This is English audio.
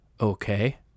okay